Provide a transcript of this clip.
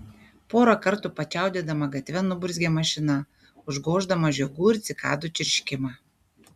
porą kartų pačiaudėdama gatve nuburzgė mašina užgoždama žiogų ir cikadų čirškimą